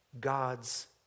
God's